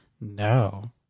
No